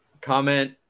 Comment